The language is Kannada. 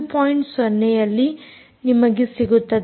0 ದಲ್ಲಿ ನಿಮಗೆ ಸಿಗುತ್ತದೆ